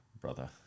brother